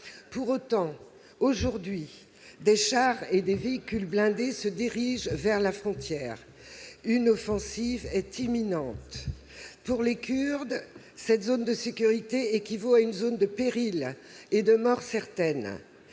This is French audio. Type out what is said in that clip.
Pour autant, aujourd'hui, des chars et des véhicules blindés se dirigent vers la frontière ; une offensive est imminente. Pour les Kurdes, cette zone de sécurité équivaut à une zone de péril et de mort certaine.